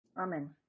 amen